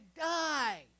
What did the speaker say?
die